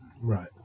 Right